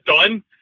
done